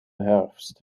herfst